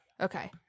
Okay